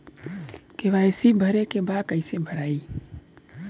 KYC भरे के बा कइसे भराई?